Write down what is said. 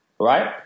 Right